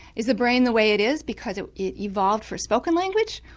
is the brain the way it is because it it evolved for spoken language,